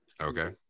Okay